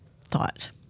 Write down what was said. thought